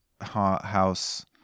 house